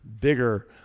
bigger